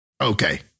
Okay